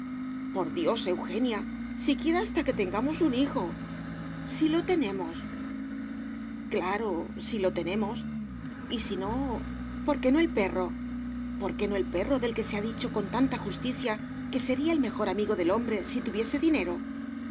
por dios eugenia siquiera hasta que tengamos un hijo si lo tenemos claro si lo tenemos y si no por qué no el perro por qué no el perro del que se ha dicho con tanta justicia que sería el mejor amigo del hombre si tuviese dinero